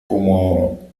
como